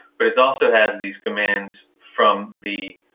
but it also has these commands from the